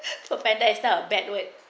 so offended is not bad word